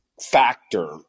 factor